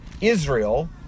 Israel